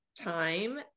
time